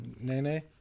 Nene